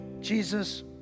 Jesus